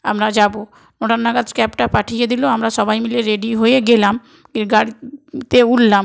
আমরা যাবো ওটার নাগাদ ক্যাবটা পাঠিয়ে দিলো আমরা সবাই মিলে রেডি হয়ে গেলাম এ গাড়িতে উঠলাম